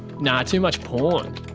nah too much porn.